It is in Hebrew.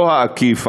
לא העקיף,